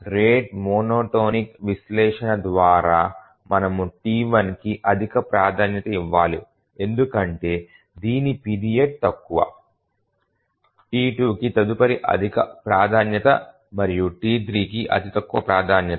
rate monotonic విశ్లేషణ ద్వారా మనము T1కి అత్యధిక ప్రాధాన్యత ఇవ్వాలి ఎందుకంటే దీని పీరియడ్ తక్కువ T2కి తదుపరి అధిక ప్రాధాన్యత మరియు T3 అతి తక్కువ ప్రాధాన్యత